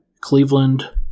Cleveland